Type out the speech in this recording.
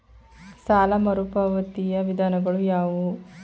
ಸಾಲ ಮರುಪಾವತಿಯ ವಿಧಾನಗಳು ಯಾವುವು?